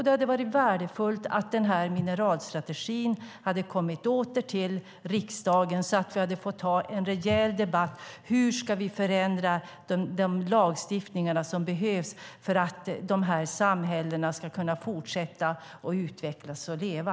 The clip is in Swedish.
Det hade varit värdefullt om den här mineralstrategin hade kommit åter till riksdagen så att vi hade fått ha en rejäl debatt om hur vi ska förändra den lagstiftning som behövs för att dessa samhällen ska kunna fortsätta utvecklas och leva.